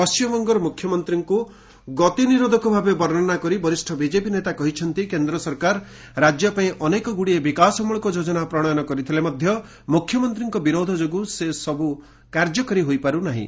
ପଶ୍ଚିମବଙ୍ଗର ମୁଖ୍ୟମନ୍ତ୍ରୀଙ୍କୁ ଗତି ନିରୋଧକ ଭାବେ ବର୍ଣ୍ଣନା କରି ବରିଷ୍ଣ ବିଜେପି ନେତା କହିଛନ୍ତି କେନ୍ଦ୍ର ସରକାର ରାଜ୍ୟ ପାଇଁ ଅନେକଗୁଡ଼ିଏ ବିକାଶମୂଳକ ଯୋଜନା ପ୍ରଣୟନ କରିଥିଲେ ମଧ୍ୟ ମୁଖ୍ୟମନ୍ତ୍ରୀଙ୍କ ବିରୋଧ ଯୋଗୁଁ ସେ ସବୁ କାର୍ଯ୍ୟକାରୀ ହୋଇପାରୁ ନାହିଁ